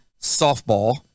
softball